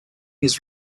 his